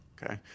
Okay